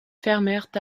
fermèrent